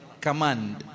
Command